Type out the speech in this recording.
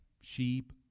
sheep